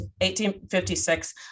1856